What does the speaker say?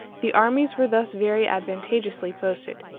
the armies were thus very advantageously posted.